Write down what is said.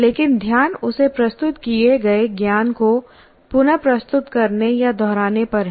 लेकिन ध्यान उसे प्रस्तुत किए गए ज्ञान को पुन प्रस्तुत करने या दोहराने पर है